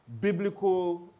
biblical